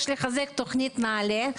יש לחזק את תוכנית נעל"ה,